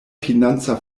financa